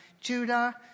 Judah